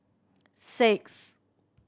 six